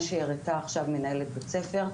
מה שהראתה עכשיו מנהלת בית הספר,